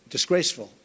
Disgraceful